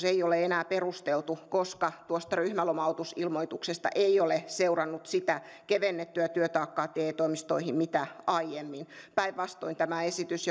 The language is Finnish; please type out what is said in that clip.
ei ole enää perusteltu koska tuosta ryhmälomautusilmoituksesta ei ole seurannut sitä kevennettyä työtaakkaa te toimistoihin mitä aiemmin päinvastoin tämä esitys